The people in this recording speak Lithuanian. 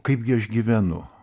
kaip gi aš gyvenu